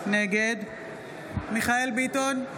נגד מיכאל מרדכי ביטון,